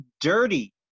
dirty